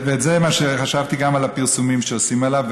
וזה מה שחשבתי גם על הפרסומים שעושים עליו,